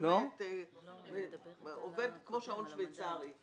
באמת כמו שעון שוויצרי.